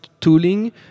tooling